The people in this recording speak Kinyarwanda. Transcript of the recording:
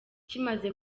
kimaze